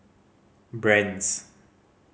brand's